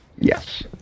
Yes